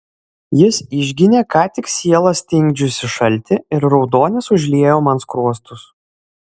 jis išginė ką tik sielą stingdžiusį šaltį ir raudonis užliejo man skruostus